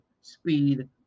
speed